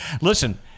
Listen